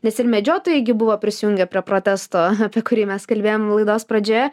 nes ir medžiotojai gi buvo prisijungę prie protesto apie kurį mes kalbėjom laidos pradžioje